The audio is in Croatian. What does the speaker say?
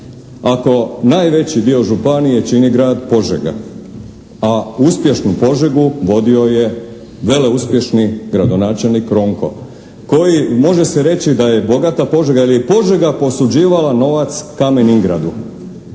ako najveći dio županije čini grad Požega a uspješnu Požegu vodio je veleuspješni gradonačelnik Ronko koji može se reći da je bogata Požega jer je Požega posuđivala novac Kamen Ingradu.